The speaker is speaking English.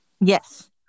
Yes